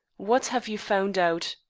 what have you found out?